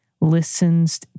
listens